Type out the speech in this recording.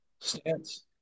stance